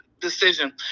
decision